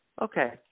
okay